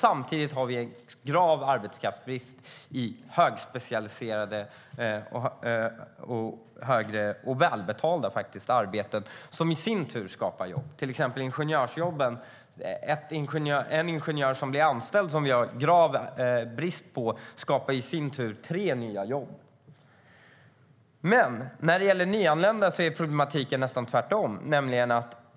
Samtidigt har vi grav arbetskraftsbrist i högspecialiserade och välbetalda yrken som i sin tur skapar jobb. Varje anställd ingenjör skapar tre nya jobb. När det gäller nyanlända är problemet det motsatta.